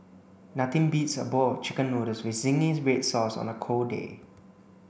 nothing beats a bowl chicken noodles with zingy red sauce on a cold day